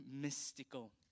mystical